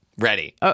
Ready